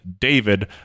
David